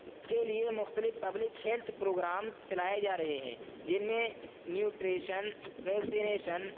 کے لیے مختلف پبلک ہیلتھ پروگرامز چلائے جا رہے ہیں جن میں نیوٹریشن ویکسینیشن